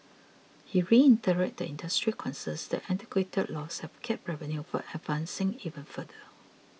he reiterated the industry's concerns that antiquated laws have capped revenue from advancing even further